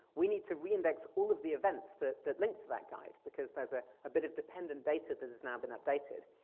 we need to reindex all of the events that that linked to that guide because there's a bit of dependent data that has now been updated.